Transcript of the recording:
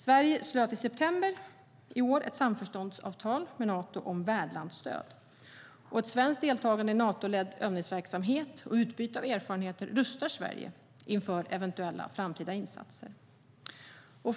Sverige slöt i september i år ett samförståndsavtal med Nato om värdlandsstöd. Ett svenskt deltagande i Natoledd övningsverksamhet och utbyte av erfarenheter rustar Sverige inför eventuella framtida insatser.